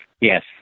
yes